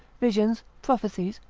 visions, prophecies,